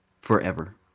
Forever